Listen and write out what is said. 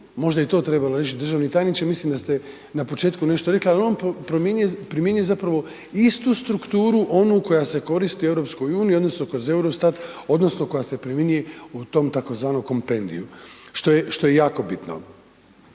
Možda je to trebalo državni tajniče, mislim da ste na početku nešto rekli, ali on primjenjuje zapravo istu strukturu onu koja se koristi u EU odnosno kroz Eurostat odnosno koja se primjenjuje u tom tzv. Compendiu, što je jako bitno.